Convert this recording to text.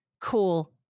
cool